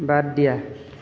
বাদ দিয়া